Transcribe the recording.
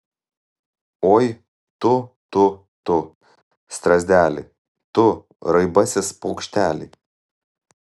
oi tu tu tu strazdeli tu raibasis paukšteli